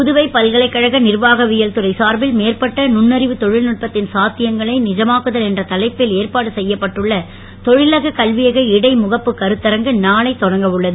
புதுவைப் பல்கலைக்கழக நிர்வாகவியல் துறை சார்பில் மேம்பட்ட நுண்ணறிவுத் தொழில்நுட்பத்தின் சாத்தியங்களை நிஜமாக்குதல் என்ற தலைப்பில் ஏற்பாடு செய்யப்பட்டுள்ள தொழிலக கல்வியக இடைமுகப்புக் கருத்தரங்கு நாளை தொடங்க உள்ளது